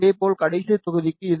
இதேபோல் கடைசி தொகுதிக்கு இது 0